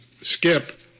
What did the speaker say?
Skip